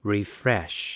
Refresh